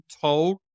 told